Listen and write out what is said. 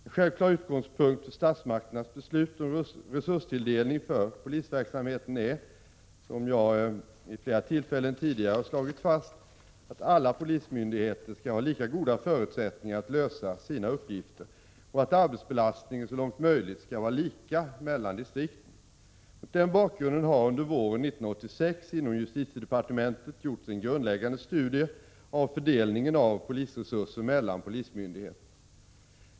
En självklar utgångspunkt för statsmakternas beslut om resurstilldelning för polisverksamheten är, som jag vid flera tillfällen tidigare slagit fast, att alla polismyndigheter skall ha lika goda förutsättningar att lösa sina uppgifter och att arbetsbelastningen så långt möjligt skall vara lika mellan distrikten. Mot denna bakgrund har under våren 1986 inom justitiedepartementet gjorts en grundläggande studie av fördelningen av polisresurser mellan polismyndigheterna.